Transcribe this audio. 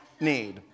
need